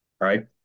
right